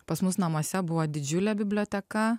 pas mus namuose buvo didžiulė biblioteka